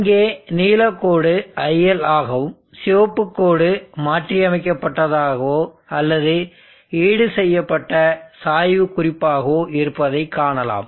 இங்கே நீலக் கோடு IL ஆகவும் சிவப்பு கோடு மாற்றியமைக்கப்பட்டதாகவோ அல்லது ஈடுசெய்யப்பட்ட சாய்வு குறிப்பாகவோ இருப்பதைக் காணலாம்